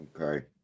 Okay